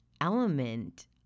element